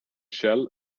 shell